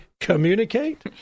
communicate